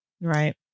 Right